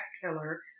killer